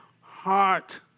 heart